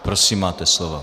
Prosím, máte slovo.